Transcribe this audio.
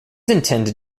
intended